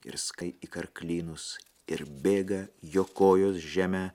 ir skai į karklynus ir bėga jo kojos žeme